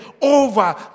over